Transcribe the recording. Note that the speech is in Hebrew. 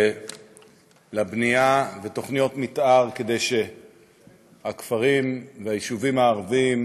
לבנייה ותוכניות מתאר כדי שהכפרים והיישובים הערביים